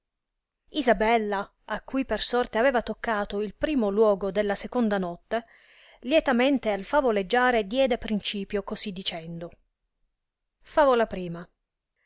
isabella a cui per sorte aveva toccato il primo luogo della seconda notte lietamente al favoleggiare diede principio così dicendo favola